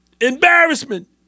embarrassment